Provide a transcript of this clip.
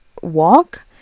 walk